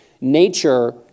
nature